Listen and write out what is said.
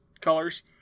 colors